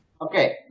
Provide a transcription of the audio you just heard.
Okay